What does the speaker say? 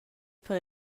per